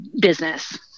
business